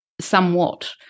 somewhat